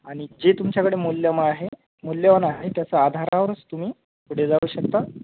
आणि जे तुमच्याकडे मूल्यम आहे मौल्यवान आहे त्याचा आधारावरच तुम्ही पुढे जाऊ शकता